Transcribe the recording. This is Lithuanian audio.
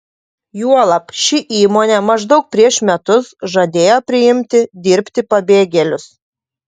juolab ši įmonė maždaug prieš metus žadėjo priimti dirbti pabėgėlius